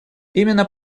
именно